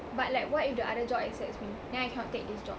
but like what if the other job accepts me then I cannot take this job